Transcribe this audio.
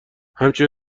همچین